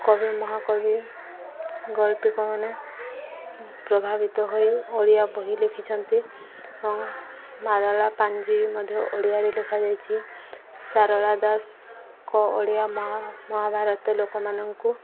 କବି ମହାକବି ଗଳ୍ପିକମାନେ ପ୍ରଭାବିତ ହୋଇ ଓଡ଼ିଆ ବହି ଲେଖିଛନ୍ତି ମାଦଳ ପାାଞ୍ଜି ମଧ୍ୟ ଓଡ଼ିଆରେ ଲେଖାଯାଇଛି ସାରଳା ଦାସଙ୍କ ଓଡ଼ିଆ ମ ମହାଭାରତ ଲୋକମାନଙ୍କୁ